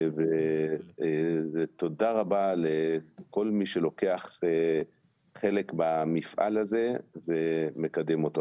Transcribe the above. תודה רבה לכל מי שלוקח חלק במפעל הזה ומקדם אותו.